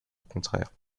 contraire